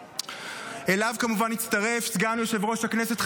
אליו כמובן הצטרף סגן יושב-ראש הכנסת,